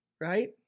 Right